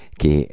che